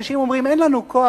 אנשים אומרים: אין לנו כוח,